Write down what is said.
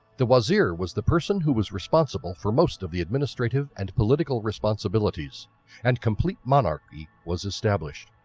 the wazir was the person who was responsible for most of the administrative and political responsibilities and complete monarchy was established.